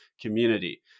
community